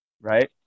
right